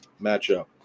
matchup